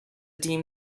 team